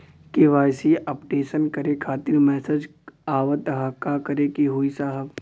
KYC updation करें खातिर message आवत ह का करे के होई साहब?